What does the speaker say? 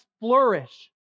flourish